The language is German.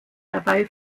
dabei